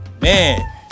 Man